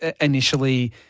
initially